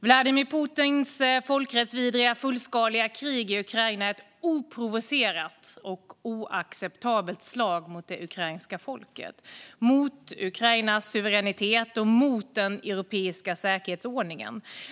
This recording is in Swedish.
Vladimir Putins folkrättsvidriga och fullskaliga krig i Ukraina är ett oprovocerat och oacceptabelt slag mot det ukrainska folket, mot Ukrainas suveränitet och mot den europeiska säkerhetsordningen.